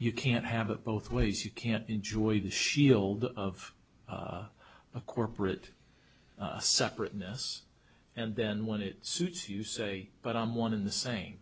you can't have it both ways you can enjoy the shield of a corporate separateness and then when it suits you say but i'm one in the same